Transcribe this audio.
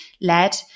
led